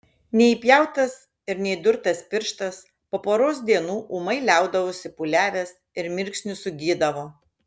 neįpjautas ir neįdurtas pirštas po poros dienų ūmai liaudavosi pūliavęs ir mirksniu sugydavo